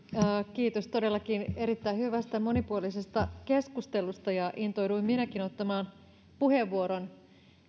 kiitos todellakin erittäin hyvästä ja monipuolisesta keskustelusta intouduin minäkin ottamaan puheenvuoron